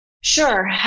Sure